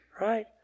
Right